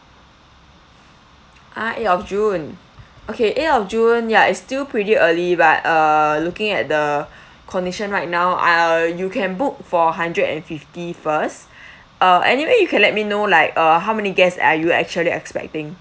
ah eight of june okay eight of june ya it's still pretty early but uh looking at the condition right now uh you can book for hundred and fifty first uh anyway you can let me know like uh how many guests are you actually expecting